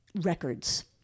records